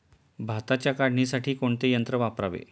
भाताच्या काढणीसाठी कोणते यंत्र वापरावे?